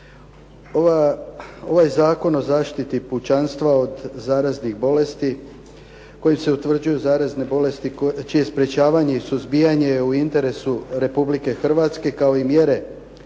Ovaj Zakon o zaštiti pučanstva od zaraznih bolesti kojim se utvrđuju zarazne bolesti čije sprečavanje i suzbijanje je u interesu Republike Hrvatske, kao i mjere